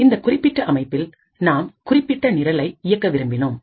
இந்த குறிப்பிட்ட அமைப்பில் நாம் குறிப்பிட்ட நிரலை இயக்க விரும்பினோம்